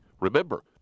Remember